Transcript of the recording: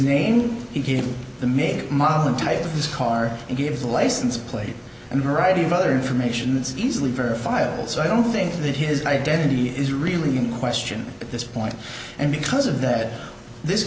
name he gave the made modern type of this car and give the license plate and her id of other information that's easily verifiable so i don't think that his identity is really in question at this point and because of that this